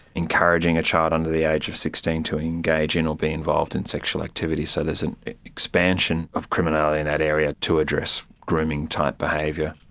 encouraging a child under the age of sixteen to engage in or be involved in sexual activity. so there's an expansion of criminality in that area to address grooming type behaviour.